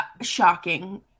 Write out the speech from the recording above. shocking